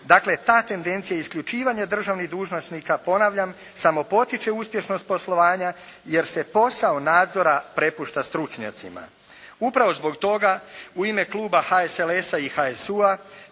Dakle, ta tendencija isključivanja državnih dužnosnika ponavljam samo potiče uspješnost poslovanja jer se posao nadzora prepušta stručnjacima. Upravo zbog toga u ime kluba HSLS-a i HSU-a